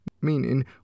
meaning